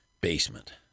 basement